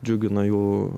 džiugina jų